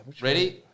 Ready